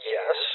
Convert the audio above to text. Yes